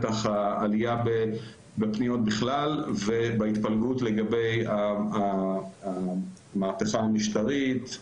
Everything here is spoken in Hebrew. העלייה בפניות בכלל ובהתפלגות לגבי המהפכה המשטרית,